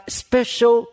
special